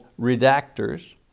redactors